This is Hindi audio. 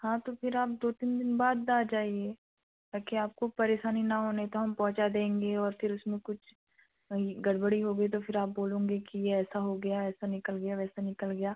हाँ तो फिर आप दो तीन दिन बाद आ जाइए ताकि आपको परेशानी ना हो नहीं तो हम पहुँचा देंगे और फिर उसमें कुछ कहीं गड़बड़ी हो गई तो फिर आप बोलोंगे कि ऐसा हो गया ऐसा निकल गया वैसा निकल गया